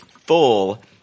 full